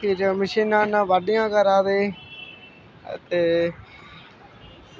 के जे मशीनैं कन्नै बाह्ड्डियां करा दे ते